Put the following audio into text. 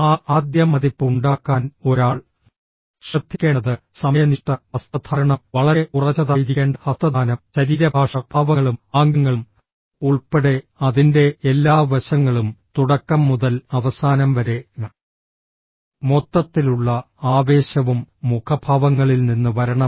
ആ ആദ്യ മതിപ്പ് ഉണ്ടാക്കാൻ ഒരാൾ ശ്രദ്ധിക്കേണ്ടത് സമയനിഷ്ഠ വസ്ത്രധാരണം വളരെ ഉറച്ചതായിരിക്കേണ്ട ഹസ്തദാനം ശരീരഭാഷ ഭാവങ്ങളും ആംഗ്യങ്ങളും ഉൾപ്പെടെ അതിന്റെ എല്ലാ വശങ്ങളും തുടക്കം മുതൽ അവസാനം വരെ മൊത്തത്തിലുള്ള ആവേശവും മുഖഭാവങ്ങളിൽ നിന്ന് വരണം